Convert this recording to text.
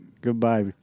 Goodbye